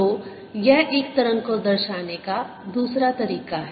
तो यह एक तरंग को दर्शाने का दूसरा तरीका है